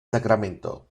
sacramento